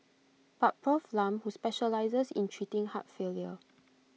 but Prof Lam who specialises in treating heart failure